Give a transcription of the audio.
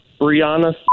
Brianna